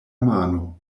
mano